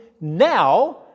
now